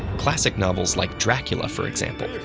classic novels, like dracula, for example,